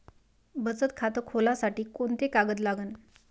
बचत खात खोलासाठी कोंते कागद लागन?